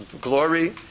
glory